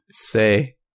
Say